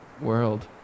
world